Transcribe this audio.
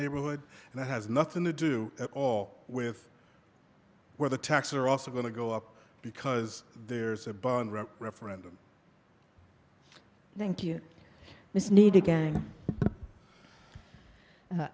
neighborhood and that has nothing to do at all with where the taxes are also going to go up because there's a bond rep referendum thank you this need to ga